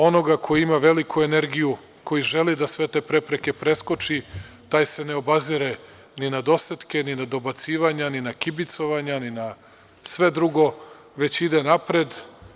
Onoga ko ima veliku energiju, koji želi da sve te prepreke preskoči, taj se ne obazire ni na dosetke ni na dobacivanja ni na kibicovanja ni na sve drugo, već ide napred.